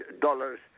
dollars